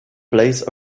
blaze